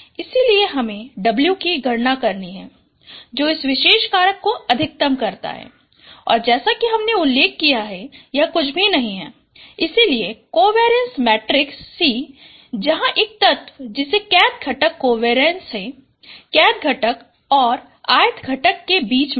इसलिए हमें W की गणना करनी है जो इस विशेष कारक को अधिकतम करता है और जैसा कि हमने उल्लेख किया है यह कुछ भी नहीं है लेकिन कोवेरीएंस मैट्रिक्स C जहाँ एक तत्व जिसे kth घटक कोवेरीएंस है kth घटक और lth घटक के बीच में है